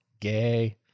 gay